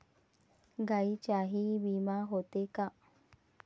गायींचाही विमा होते का?